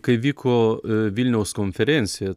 kai vyko vilniaus konferėncija